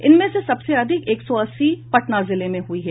इनमें से सबसे अधिक एक सौ अस्सी पटना जिले में हुई है